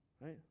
Right